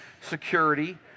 security